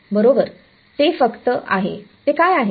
होय बरोबर ते फक्त आहे ते काय आहे